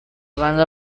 banda